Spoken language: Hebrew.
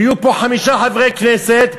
ויהיו פה חמישה חברי כנסת,